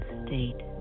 state